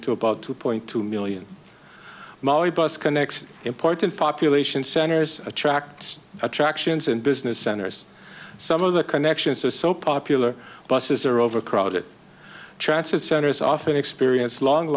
to about two point two million molly bus connects important population centers attracts attractions and business centers some of the connections are so popular buses are overcrowded trances centers often experience long